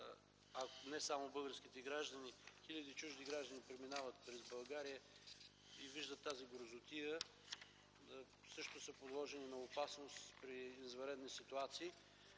не само българските граждани, а и хиляди чужди граждани преминават през България и виждат тази грозотия, всъщност са подложени на опасност при извънредни ситуации.